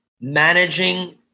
managing